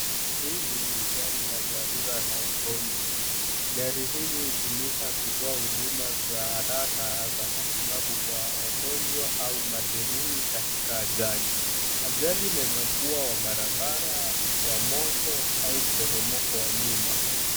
Hili ni gari la dharura la wagonjwa. Gari hili hutumika kutoa huduma za haraka za matibabu kwa wagonjwa au majeruhi katika ajali. Ajali inaweza kuwa wa barabara, wa moto au mporomoko wa nyumba.